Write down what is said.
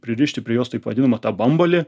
pririšti prie jos taip vadinamą tą bambalį